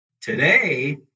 Today